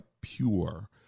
pure